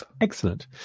Excellent